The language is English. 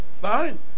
Fine